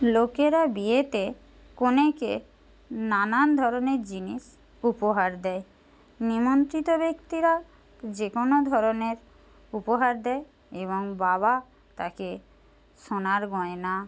লোকেরা বিয়েতে কনেকে নানান ধরনের জিনিস উপহার দেয় নিমন্ত্রিত ব্যক্তিরা যে কোনো ধরনের উপহার দেয় এবং বাবা তাকে সোনার গয়না